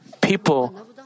people